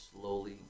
slowly